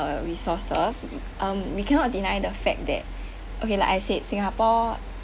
uh resources um we cannot deny the fact that okay like I said singapore